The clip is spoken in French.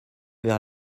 vers